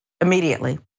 immediately